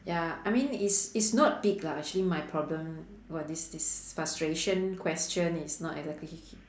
ya I mean it's it's not big lah actually my problem what is this frustration question is not exactly h~